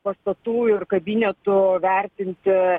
pastatų ir kabinetų vertinti